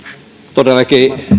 todellakin